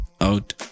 out